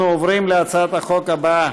אנחנו עוברים להצעת החוק הבאה: